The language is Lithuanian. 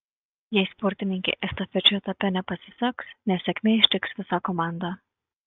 jei sportininkei estafečių etape nepasiseks nesėkmė ištiks visą komandą